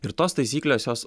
ir tos taisyklės jos